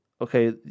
okay